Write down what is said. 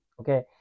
Okay